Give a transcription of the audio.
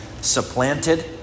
supplanted